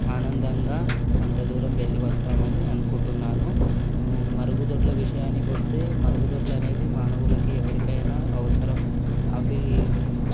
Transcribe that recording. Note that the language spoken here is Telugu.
ఆనందంగా అంత దూరం వెళ్ళి వస్తామని అనుకుంటున్నాను మరుగుదొడ్ల విషయానికి వస్తే మరుగుదొడ్లు అనేది మానవులకి ఎవరికైనా అవసరం అవి